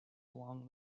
along